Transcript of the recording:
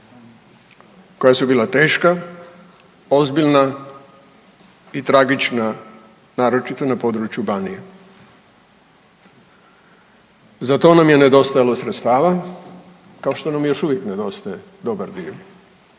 koja su bila teška, ozbiljna i tragična naročito na području Banije. Za to nam je nedostajalo sredstava kao što nam i još uvijek nedostaje dobar dio.